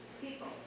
people